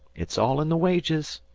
it's all in the wages.